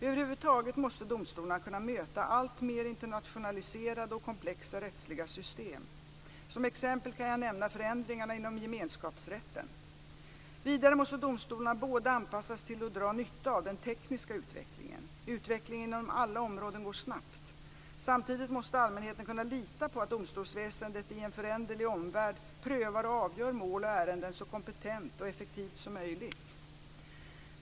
Över huvud taget måste domstolarna kunna möta alltmer internationaliserade och komplexa rättsliga system. Som exempel kan jag nämna förändringarna inom gemenskapsrätten. Vidare måste domstolarna både anpassas till och dra nytta av den tekniska utvecklingen. Utvecklingen inom alla områden går snabbt. Samtidigt måste allmänheten kunna lita på att domstolsväsendet i en föränderlig omvärld prövar och avgör mål och ärenden så kompetent och effektivt som möjligt.